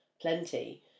plenty